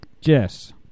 Jess